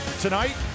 Tonight